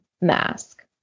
mask